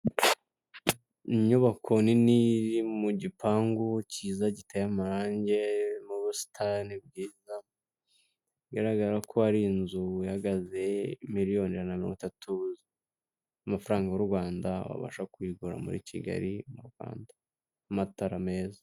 Inyubako nini iri mu gipangu cyiza giteye amarange, irimo ubusitani bwiza, bigaragara ko ari inzu ihagaze miliyoni ijana na mirongo itatu z'amafaranga y'u Rwanda, wabasha kuyigura muri Kigali mu Rwanda , n'amatara meza.